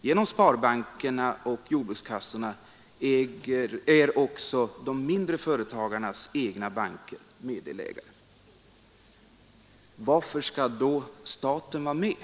Genom sparbankerna och jordbrukskassorna är också de mindre företagarnas egna banker meddelägare. Varför skall då staten vara med?